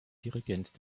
dirigent